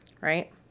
Right